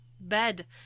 bed